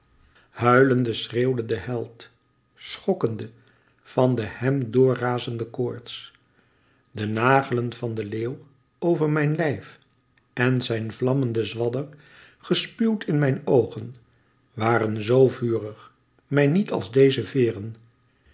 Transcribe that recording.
huilende schreeuwde de held schokkende van den hem door razenden koorts de nagelen van den leeuw over mijn lijf en zijn vlammende zwadder gespuwd in mijn oogen waren zoo vurig mij niet als deze veêren